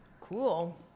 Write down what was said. Cool